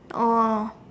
oh